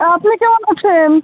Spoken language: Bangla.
আপনি কেমন আছেন